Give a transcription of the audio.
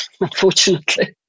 unfortunately